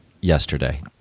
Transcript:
yesterday